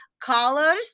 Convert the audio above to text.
colors